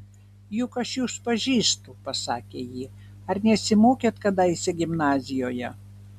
juk aš jus pažįstu pasakė ji ar nesimokėt kadaise gimnazijoje